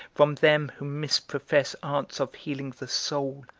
from them who misprofess arts of healing the soul,